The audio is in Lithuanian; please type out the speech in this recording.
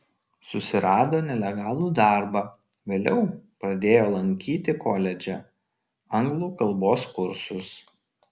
susirado nelegalų darbą vėliau pradėjo lankyti koledže anglų kalbos kursus